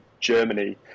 Germany